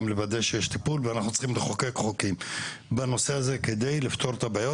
לוודא שיש טיפול ואנחנו צריכים לחוקק חוקים בנושא הזה כדי לפתור את הבעיות.